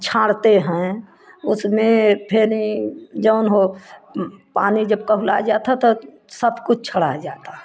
छाँड़ते हैं उसमें फेनी जऊन हो पानी जब कहुलाए जात है तो सब कुछ छोड़ाए जाता है